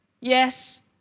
Yes